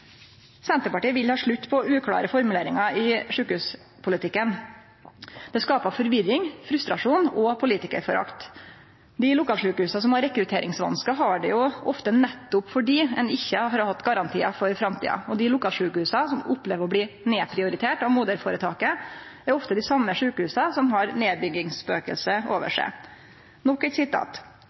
Senterpartiet vil ha slutt på uklåre formuleringar i sjukehuspolitikken. Det skapar forvirring, frustrasjon og politikarforakt. Dei lokalsjukehusa som har rekrutteringsvanskar, har det ofte nettopp fordi ein ikkje har hatt garantiar for framtida. Dei lokalsjukehusa som opplever å bli nedprioriterte av moderføretaket, er ofte dei same sjukehusa som har nedbyggingsspøkjelset over seg.